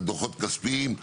על דוחות כספיים,